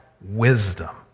wisdom